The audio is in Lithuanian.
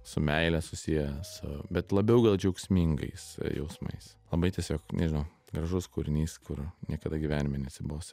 su meile susiję su bet labiau gal džiaugsmingais jausmais labai tiesiog nežinau gražus kūrinys kur niekada gyvenime neatsibos